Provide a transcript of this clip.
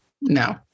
No